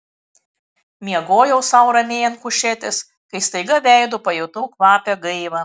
miegojau sau ramiai ant kušetės kai staiga veidu pajutau kvapią gaivą